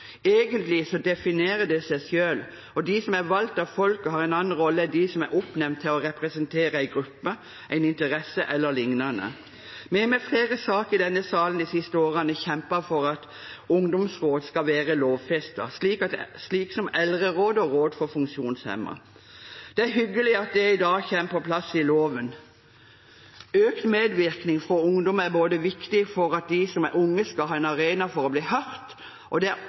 Egentlig definerer det seg selv. De som er valgt av folket, har en annen rolle enn de som er oppnevnt til å representere en gruppe, en interesse eller lignende. Vi har i flere saker i denne salen de siste årene kjempet for at ungdomsråd skal være lovfestet, slik som eldreråd og råd for funksjonshemmede. Det er hyggelig at det i dag kommer på plass i loven. Økt medvirkning fra ungdom er viktig for at de som er unge, skal ha en arena for å bli hørt, og det er